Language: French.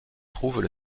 trouvent